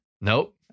Nope